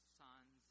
sons